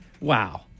Wow